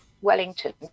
Wellington